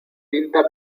tinta